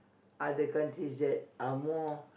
other countries that are more